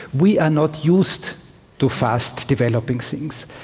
we are not used to fast developing things,